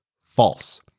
false